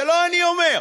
זה לא אני אומר,